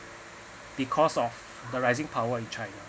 because of the rising power in china